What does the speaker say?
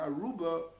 Aruba